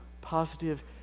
positive